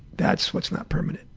that's what's not permanent.